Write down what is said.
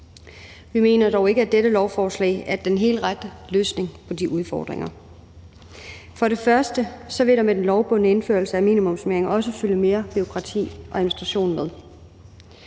Vi mener dog ikke, at dette lovforslag er den helt rette løsning på de udfordringer. For det første vil der med indførelsen af lovbundne minimumsnormeringer også følge mere bureaukrati og administration med.